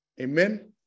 Amen